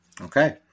okay